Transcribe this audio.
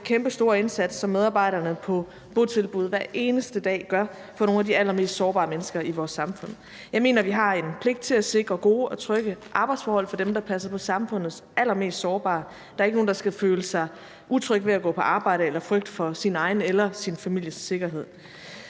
for den kæmpestore indsats, som medarbejderne på botilbuddene hver eneste dag gør for de allermest sårbare mennesker i vores samfund. Jeg mener, vi har en pligt til at sikre gode og trygge arbejdsforhold for dem, der passer på samfundets allermest sårbare. Der er ikke nogen, der skal føle sig utryg ved at gå på arbejde eller frygte for sin egen eller sin families sikkerhed.